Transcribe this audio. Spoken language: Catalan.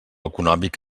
econòmic